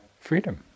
freedom